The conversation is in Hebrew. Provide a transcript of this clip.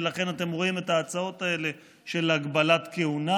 ולכן אתם רואים את ההצעות האלה של הגבלת כהונה